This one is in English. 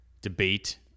Debate